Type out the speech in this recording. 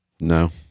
No